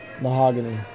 mahogany